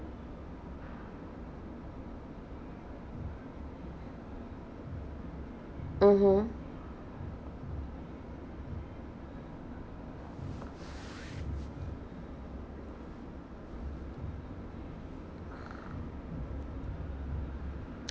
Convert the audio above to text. mmhmm